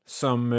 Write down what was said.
som